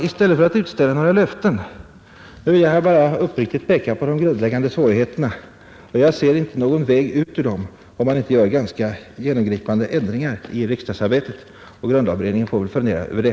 I stället för att utställa några löften vill jag uppriktigt peka på de grundläggande svårigheterna. Jag ser inte någon väg ut ur dem, om man inte gör ganska genomgripande ändringar i riksdagsarbetet, och grundlagberedningen får väl fundera över det.